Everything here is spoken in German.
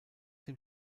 dem